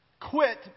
Quit